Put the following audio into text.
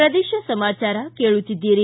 ಪ್ರದೇಶ ಸಮಾಚಾರ ಕೇಳುತ್ತೀದ್ದಿರಿ